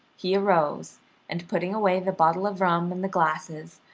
he arose and, putting away the bottle of rum and the glasses,